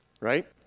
Right